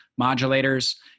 modulators